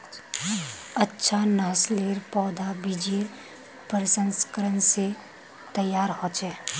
अच्छा नासलेर पौधा बिजेर प्रशंस्करण से तैयार होचे